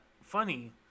funny